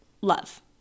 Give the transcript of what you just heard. love